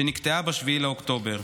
שנקטעה ב-7 באוקטובר.